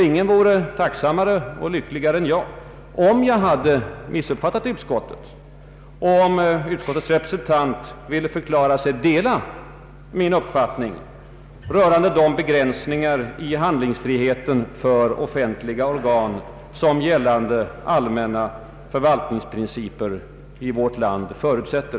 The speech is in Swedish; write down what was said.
Ingen vore lyckligare än jag om jag hade missuppfattat utskottets mening och om utskottets representant ville förklara sig dela min uppfattning rörande de begränsningar i handlingsfriheten för offentliga organ som gällande allmänna förvaltningsprinciper i vårt land förutsätter.